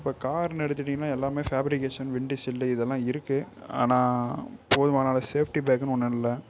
இப்ப கார்னு எடுத்துகிட்டிங்கனா எல்லாமே ஃபேப்ரிக்கேஷன் விண்டிஷில்டு இதெல்லாம் இருக்குது ஆனால் போதுமான அளவு சேஃப்டி பேக்குன்னு ஒன்றும் இல்லை